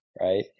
right